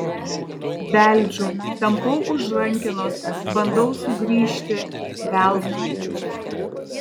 beldžiu tampau už rankenos bandau sugrįžti veltui